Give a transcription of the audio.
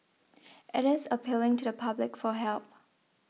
it is appealing to the public for help